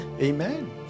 Amen